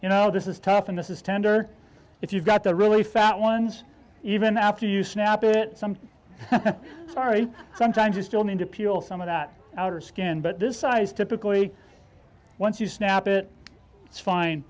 you know this is tough and this is tender if you've got the really fat ones even after you snap it some sorry sometimes you still need to peel some of that outer skin but this size typically once you snap it it's fine